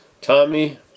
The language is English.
Tommy